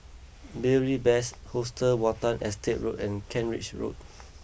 Beary Best Hostel Watten Estate Road and Kent Ridge Road